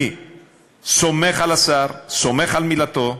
אני סומך על השר, סומך על מילתו,